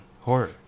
horror